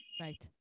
Right